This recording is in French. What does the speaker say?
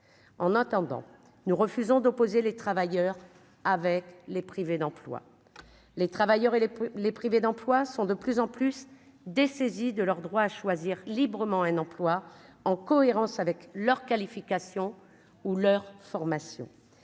en attendant, nous refusons d'opposer les travailleurs avec les privés d'emploi les travailleurs et les les privés d'emploi sont de plus en plus dessaisi de leur droit à choisir librement un emploi en cohérence avec leur qualification ou leur formation,